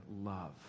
love